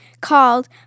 called